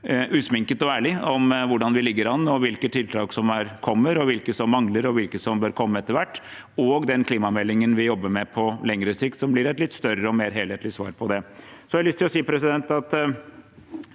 usminket og ærlig om hvordan vi ligger an, hvilke tiltak som kommer, hvilke som mangler, og hvilke som bør komme etter hvert – og inn mot den klimameldingen vi jobber med, på lengre sikt, som blir et litt større og mer helhetlig svar på det.